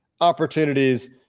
Opportunities